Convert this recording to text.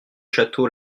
château